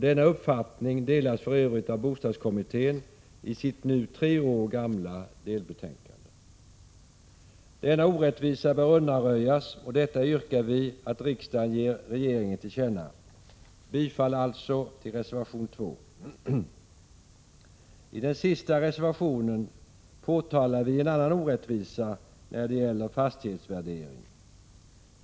Den uppfattningen delas för övrigt av bostadskommittén i dess nu tre år gamla delbetänkande. Denna orättvisa bör undanröjas, och detta yrkar vi att riksdagen ger regeringen till känna. Jag yrkar bifall till reservation 2. I den sista reservationen påtalar vi en annan orättvisa när det gäller fastighetsvärdering.